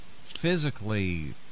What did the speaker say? physically